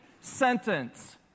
sentence